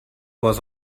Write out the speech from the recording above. was